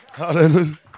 Hallelujah